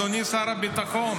אדוני שר הביטחון,